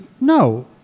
No